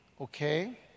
okay